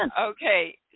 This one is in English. okay